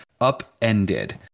upended